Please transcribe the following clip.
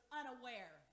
unaware